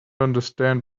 understand